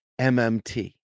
MMT